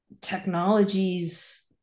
technologies